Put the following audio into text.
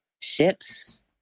ships